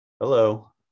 Hello